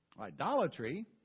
Idolatry